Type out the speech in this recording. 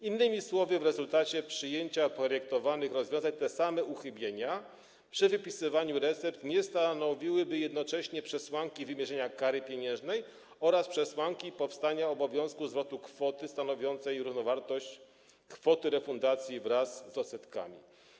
Innymi słowy, w rezultacie przyjęcia projektowanych rozwiązań te same uchybienia przy wypisywaniu recept nie stanowiłyby jednocześnie przesłanki wymierzenia kary pieniężnej oraz przesłanki powstania obowiązku zwrotu kwoty stanowiącej równowartość kwoty refundacji wraz z odsetkami.